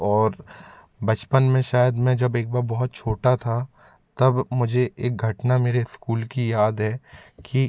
और बचपन में शायद मैं जब एक बार बहुत छोटा था तब मुझे एक घटना मेरे इस्कूल की याद है कि